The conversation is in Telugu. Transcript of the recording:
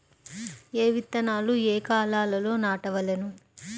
ఏ విత్తనాలు ఏ కాలాలలో నాటవలెను?